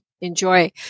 enjoy